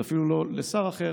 זה אפילו לא לשר אחר,